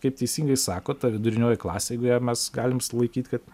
kaip teisingai sakot ta vidurinioji klasė jeigu ją mes galim sulaikyt kad